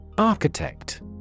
Architect